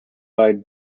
eyed